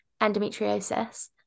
endometriosis